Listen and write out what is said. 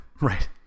right